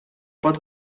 pot